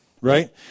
Right